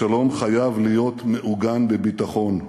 השלום מוכרח להיות מעוגן בביטחון,